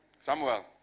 Samuel